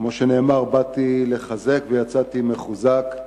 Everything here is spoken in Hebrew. כמו שנאמר: באתי לחזק ויצאתי מחוזק.